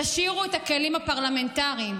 תשאירו את הכלים הפרלמנטריים.